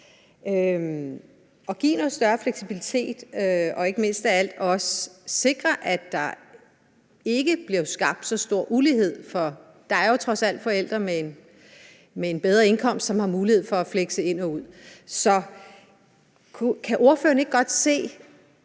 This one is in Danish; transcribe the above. og give noget større fleksibilitet og ikke mindst også sikre, at der ikke blev skabt så stor ulighed, for der er trods alt forældre med en bedre indkomst, som har mulighed for at flekse ind og ud. Så jeg kunne godt